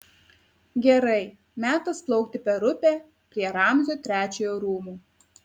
gerai metas plaukti per upę prie ramzio trečiojo rūmų